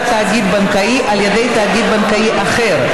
תאגיד בנקאי על ידי תאגיד בנקאי אחר),